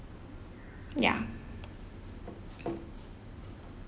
ya